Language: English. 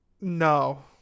No